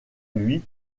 lui